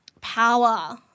power